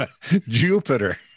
Jupiter